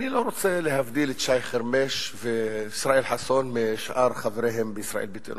אני לא רוצה להבדיל את שי חרמש וישראל חסון משאר חבריהם בישראל ביתנו.